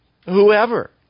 Whoever